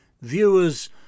Viewers